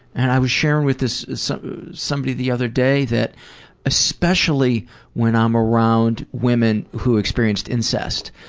and i was sharing with this, so somebody the other day that especially when i'm around women who experienced incest.